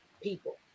people